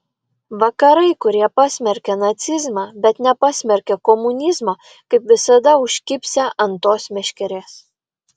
vakarai kurie pasmerkė nacizmą bet nepasmerkė komunizmo kaip visada užkibsią ant tos meškerės